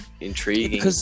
intriguing